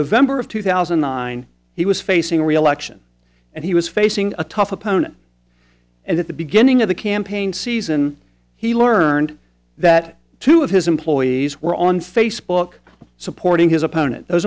november of two thousand and nine he was facing reelection and he was facing a tough opponent at the beginning of the campaign season he learned that two of his employees were on facebook supporting his